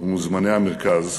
ומוזמני המרכז,